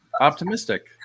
optimistic